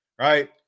right